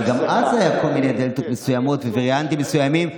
אבל גם אז היו כל מיני דלתות מסוימות ווריאנטים מסוימים,